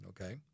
okay